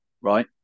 right